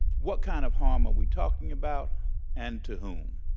what kind of harm are we talking about and to whom?